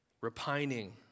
repining